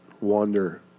wander